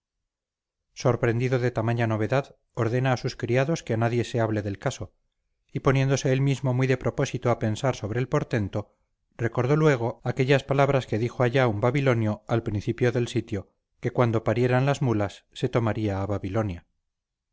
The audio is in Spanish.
sorprendido de tamaña novedad ordena a sus criados que a nadie se hable del caso y poniéndose él mismo muy de propósito a pensar sobre el portento recordó luego aquellas palabras que dijo allá un babilonio al principio del sitio que cuando parieran las mulas se tomaría a babilonia